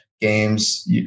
games